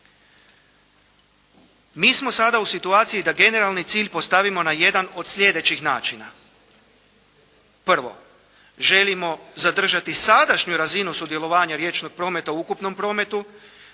Mi smo sada u situaciji da generalni cilj postavimo na jedan od sljedećih načina. Prvo, želimo zadržati sadašnju razinu sudjelovanja riječnog prometa u ukupnom prometu,